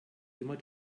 immer